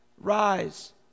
rise